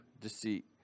deceit